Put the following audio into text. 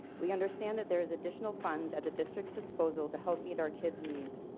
we understand that there is additional funds at the district's disposal to help meet our kids needs.